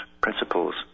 principles